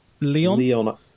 Leon